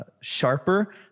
sharper